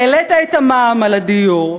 העלית את המע"מ על הדיור,